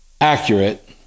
accurate